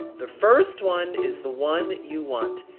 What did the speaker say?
the first one is the one you want.